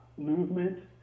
Movement